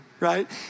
Right